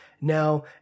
Now